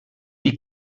die